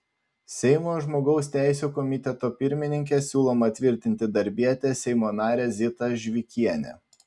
seimo žmogaus teisių komiteto pirmininke siūloma tvirtinti darbietę seimo narę zitą žvikienę